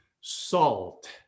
salt